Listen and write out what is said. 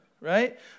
right